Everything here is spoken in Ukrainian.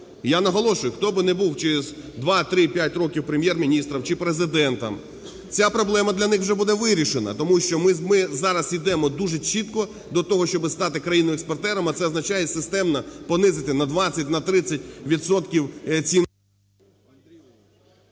я наголошую, хто б не був через 2, 3, 5 років Прем'єр-міністром чи Президентом, ця проблема для них уже буде вирішена, тому що ми зараз ідемо дуже чітко до того, щоб стати країною-експортером. А це означає системно понизити на 20, на